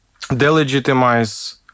delegitimize